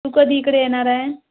तू कधी इकडे येणार आहे